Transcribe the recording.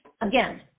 Again